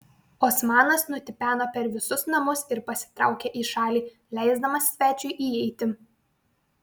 osmanas nutipeno per visus namus ir pasitraukė į šalį leisdamas svečiui įeiti